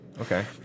Okay